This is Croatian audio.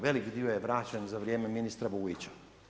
Velik dio je vraćen za vrijeme ministra Vujića.